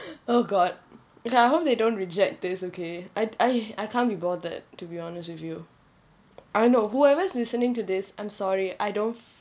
oh god it I hope they don't reject those okay I I I can't be bothered to be honest with you I know whoever is listening to this I'm sorry I don't